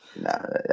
No